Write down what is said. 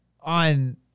on